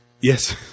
Yes